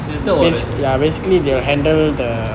she's a third warrant